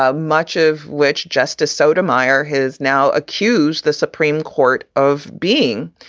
ah much of which justice sotomayor has now accused the supreme court of being